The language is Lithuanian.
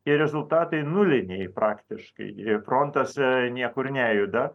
ir rezultatai nuliniai praktiškai ir frontas niekur nejuda